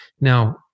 Now